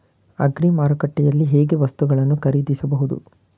Agri ಮಾರುಕಟ್ಟೆಯಲ್ಲಿ ಹೇಗೆ ವಸ್ತುಗಳನ್ನು ಖರೀದಿಸಬಹುದು?